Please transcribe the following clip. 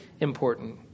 important